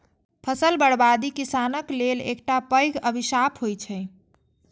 फसल बर्बादी किसानक लेल एकटा पैघ अभिशाप होइ छै